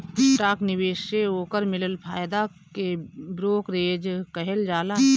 stock निवेश से ओकर मिलल फायदा के ब्रोकरेज कहल जाला